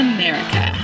America